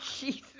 Jesus